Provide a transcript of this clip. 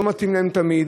זה לא מתאים להן תמיד.